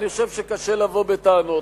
אני חושב שקשה לבוא בטענות.